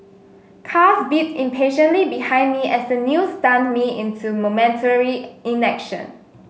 cars beeped impatiently behind me as the news stunned me into momentary inaction